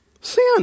sin